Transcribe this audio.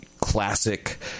classic